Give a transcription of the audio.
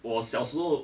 我小时候